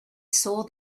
saw